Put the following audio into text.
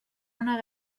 una